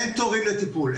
אין תורים לטיפול,